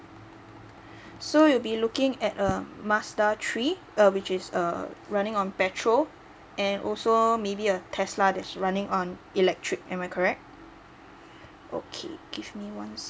so you'll be looking at a mazda three uh which is uh running on petrol and also maybe a tesla that's running on electric am I correct okay give me one